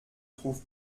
trouve